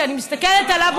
כי אני מסתכלת עליו,